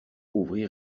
ouvrir